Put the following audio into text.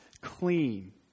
clean